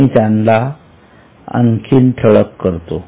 मी त्याला आणखीन ठळक करतो